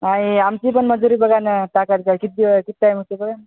आयी आमची पण मजुरी बघा नं टाका नं त्यात किती वेळ किती टाईम होतो आहे बघा